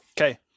Okay